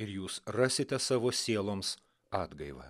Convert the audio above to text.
ir jūs rasite savo sieloms atgaivą